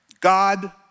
God